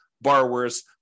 borrowers